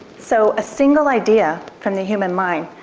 so a single idea, from the human mind,